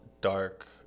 dark